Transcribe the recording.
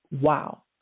Wow